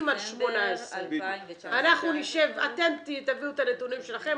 על 18. אתם תביאו את הנתונים שלכם,